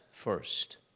First